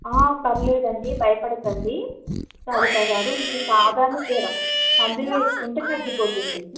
పర్లేదండి భయపడకండి సారికగారు ఇది సాధారణ జ్వరం మందులు వేసుకుంటే తగ్గిపోతుంది